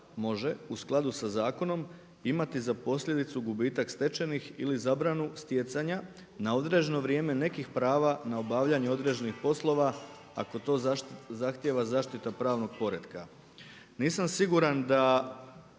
može u skladu sa zakonom imati za posljedicu gubitak stečenih ili zabranu stjecanja na određeno vrijeme nekih prava na obavljanje određenih poslova ako to zahtjeva zaštita pravnog poretka. Nisam siguran da